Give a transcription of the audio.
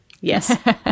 yes